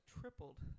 tripled